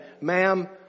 ma'am